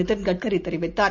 Nitin கட்கரிதெரிவித்தார்